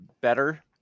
better